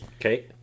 Okay